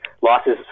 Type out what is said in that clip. losses